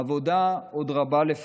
העבודה שלפנינו עוד רבה,